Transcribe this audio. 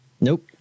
Nope